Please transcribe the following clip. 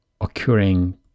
occurring